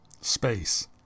space